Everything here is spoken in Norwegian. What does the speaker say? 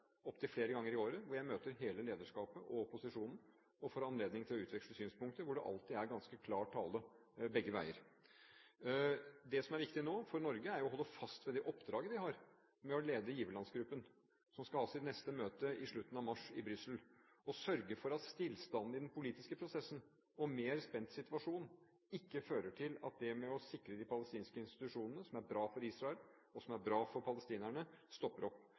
i Israel, hvor jeg møter hele lederskapet og opposisjonen og får anledning til å utveksle synspunkter, og hvor det alltid er ganske klar tale – begge veier. Det som er viktig for Norge nå, er å holde fast på det oppdraget vi har med å lede giverlandsgruppen, som skal ha sitt neste møte i Brussel i slutten av mars, og sørge for at stillstand i den politiske prosessen og en mer spent situasjon ikke fører til at arbeidet med å sikre de palestinske institusjonene – noe som er bra for Israel, og bra for palestinerne – stopper opp.